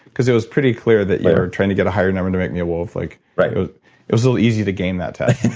because it was pretty clear that you were trying to get a higher number to make me a wolf like right it was a little easy to game that test.